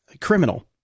criminal